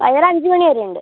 വൈകുന്നേരം അഞ്ച് മണിവെരെയുണ്ട്